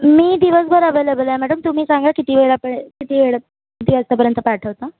मी दिवसभर अव्हेलेबल आहे मॅडम तुम्ही सांगा किती वेळा पळे किती वेळा किती वाजतापर्यंत पाठवता